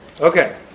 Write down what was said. Okay